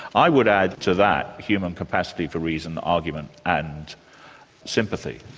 i would add to that, human capacity for reason, argument and sympathy.